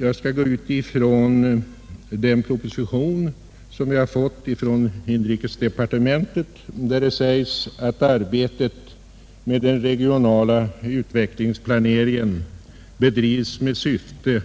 Jag skall utgå från den proposition som vi har fått från inrikesdepartementet där det sägs att arbetet med den regionala utvecklingsplaneringen bedrivs med syfte